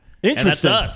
Interesting